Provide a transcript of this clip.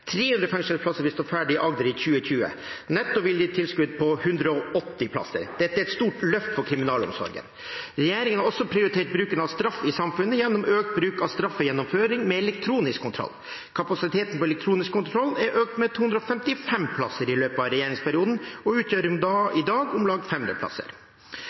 300 fengselsplasser vil stå ferdig i Agder i 2020. Netto vil de gi et tilskudd på 180 plasser. Dette er et stort løft for kriminalomsorgen. Regjeringen har også prioritert bruken av straff i samfunnet, gjennom økt bruk av straffegjennomføring med elektronisk kontroll. Kapasiteten med elektronisk kontroll er økt med 255 plasser i løpet av regjeringsperioden og utgjør i dag om lag 500 plasser.